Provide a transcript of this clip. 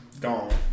gone